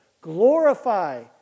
Glorify